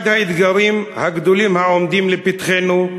אחד האתגרים הגדולים העומדים לפתחנו,